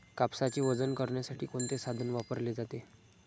कापसाचे वजन करण्यासाठी कोणते साधन वापरले जाते?